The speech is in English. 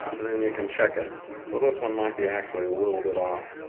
then you can check it so this one might be actually a little bit off.